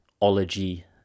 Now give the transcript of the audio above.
ology